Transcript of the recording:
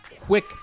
quick